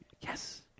Yes